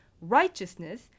righteousness